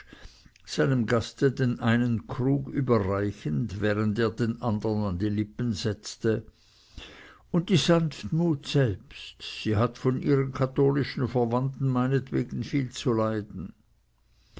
seinem gaste den einen krug überreichend während er den andern an die lippen setzte und die sanftmut selbst sie hat von ihren katholischen verwandten meinetwegen viel zu leiden